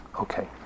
Okay